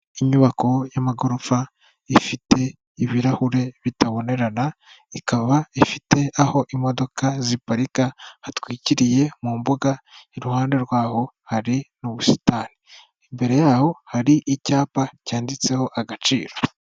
Inyubako y'amagorofa ifite ibirahure bitabonerana, ikaba ifite aho imodoka ziparika hatwikiriye mu mbuga, iruhande rwaho hari n'ubusitani, imbere yaho hari icyapa cyanditseho Agaciro.